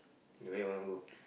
you where you want to go